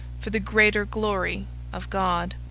for the greater glory of god.